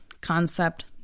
concept